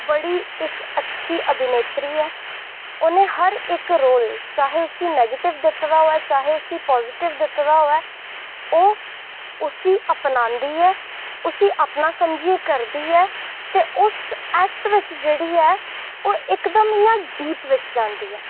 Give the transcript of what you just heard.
बड़ी इक अच्छी अभिनेत्री ऐ उन्नै हर इक रोल चाहे उसी नैगेटिव दित्ते दा होऐ चाहे उसी पॉजिटीव दित्ते दा होऐ ओह् उसी अपनांदी ऐ उसी अपना समझियै करदी ऐ ते उस एक्ट बिच जेह्ड़ी ऐ ते ओह् इकदम इ'यां डीप बिच जंदी ऐ